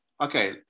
Okay